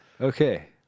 Okay